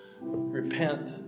Repent